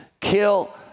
kill